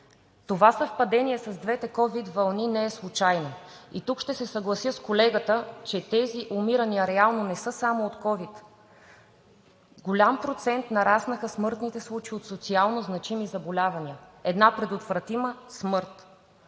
Това съвпадение с двете ковид вълни не е случайно. Тук ще се съглася с колегата, че тези умирания реално не са само от ковид. С голям процент нараснаха смъртните случаи от социално значими заболявания – една предотвратима смърт.